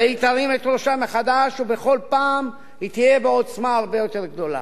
הרי היא תרים את ראשה מחדש ובכל פעם היא תהיה בעוצמה הרבה יותר גדולה.